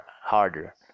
harder